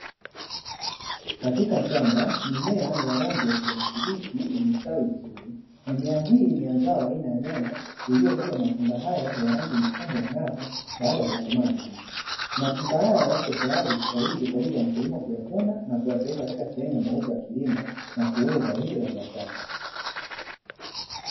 Katika shamba mimea ya rangi ya kijani kibichi imestawi vizuri, mimea hii ni ya zao aina ya nyanya iliyobeba matunda haya ya rangi nyekundu angavu baada ya kukomaa vizuri, matunda haya yapo tayari sasa hivi kwa ajili ya mkulima kuyavuna na kuyapeleka katika sehemu ya mauzo ya kilimo, na kuuza zao hili la biashara.